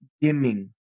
dimming